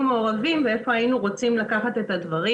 מעורבים ואיפה היינו רוצים לקחת את הדברים.